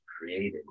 created